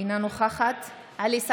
אינה נוכחת עלי סלאלחה,